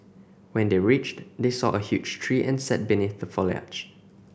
when they reached they saw a huge tree and sat beneath the foliage